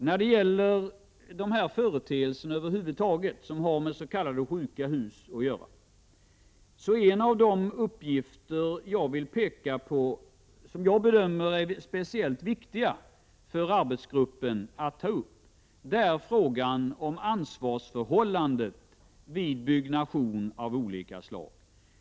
När det gäller sådana här företeelser över huvud taget — det gäller alltså s.k. sjuka hus — består en av de uppgifter som jag vill peka på och som jag bedömer vara speciellt viktig för arbetsgruppen i att man tar upp frågan om ansvarsförhållandet vid byggande av olika slag.